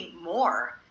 more